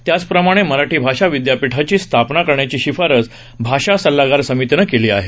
त्याचप्रमाणे मराठी भाषा विदयापीठाची स्थापना करण्याची शिफारस भाषा सल्लागार समितीनं केली आहे